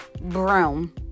Broom